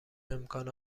امکان